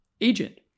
agent